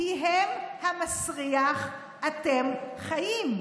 מפיהם המסריח אתם חיים.